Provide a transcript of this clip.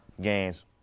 games